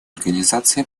организации